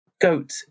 goat